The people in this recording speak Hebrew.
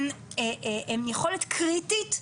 היא יכולת קריטית,